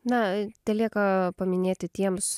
na telieka paminėti tiems